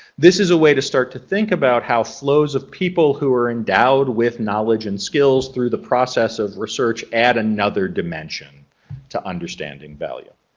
this is a way to start to think about how flows of people who are endowed with knowledge and skills through the process of research add another dimension to understanding value.